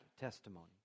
testimony